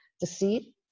deceit